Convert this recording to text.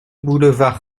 boulevard